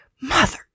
Mother